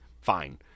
fine